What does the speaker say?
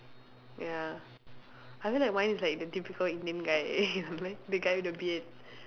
ya I feel like mine is like the typical indian guy the guy with the beard